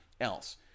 else